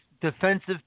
Defensive